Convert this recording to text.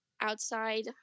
outside